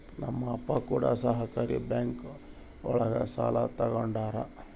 ನಮ್ ಅಪ್ಪ ಕೂಡ ಸಹಕಾರಿ ಬ್ಯಾಂಕ್ ಒಳಗ ಸಾಲ ತಗೊಂಡಾರ